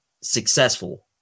successful